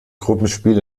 gruppenspiel